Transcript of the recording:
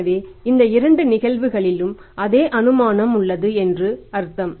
எனவே இந்த 2 நிகழ்வுகளிலும் அதே அனுமானம் உள்ளது என்று அர்த்தம்